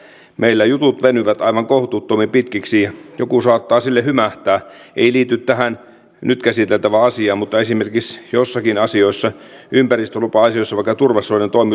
meillä jutut venyvät aivan kohtuuttoman pitkiksi joku saattaa sille hymähtää ei liity tähän nyt käsiteltävään asiaan mutta esimerkiksi joissakin asioissa ympäristölupa asioissa vaikka